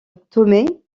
tomé